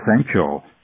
essential